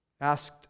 asked